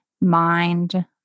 mind